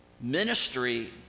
ministry